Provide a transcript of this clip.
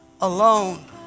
alone